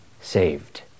saved